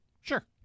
Sure